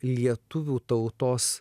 lietuvių tautos